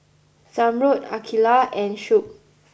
Zamrud Aqilah and Shuib